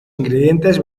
ingredientes